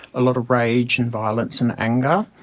a lot of rage and violence and anger.